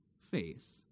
face